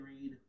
read